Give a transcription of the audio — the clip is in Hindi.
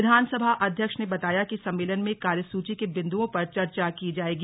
विधानसभा अध्यक्ष ने बताया कि सम्मेलन में कार्यसूची के बिन्दुओं पर चर्चा की जाएगी